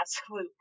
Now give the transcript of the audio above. absolute